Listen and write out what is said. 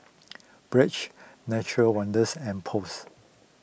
Bragg Nature Wonders and Post